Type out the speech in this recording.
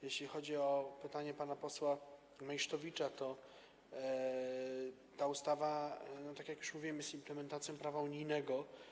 Jeśli chodzi o pytanie pana posła Meysztowicza, to ta ustawa, tak jak już mówiłem, jest implementacją prawa unijnego.